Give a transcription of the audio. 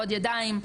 עוד ידיים,